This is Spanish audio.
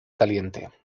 caliente